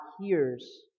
hears